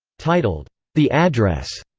titled the address,